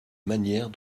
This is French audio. manière